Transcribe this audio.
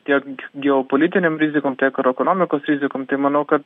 tiek g geopolitinėm rizikom tiek ir ekonomikos rizikom tai manau kad